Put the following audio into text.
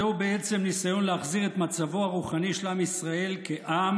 זהו בעצם ניסיון להחזיר את מצבו הרוחני של עם ישראל כעם